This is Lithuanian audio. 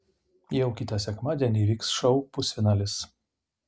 jau kitą sekmadienį vyks šou pusfinalis